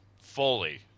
fully